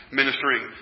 ministering